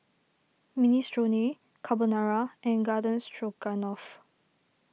Minestrone Carbonara and Garden Stroganoff